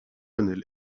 colonel